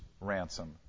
ransom